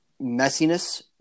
messiness